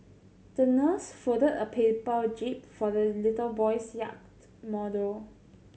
the nurse folded a paper jib for the little boy's yacht model